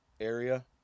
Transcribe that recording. area